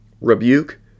rebuke